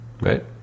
right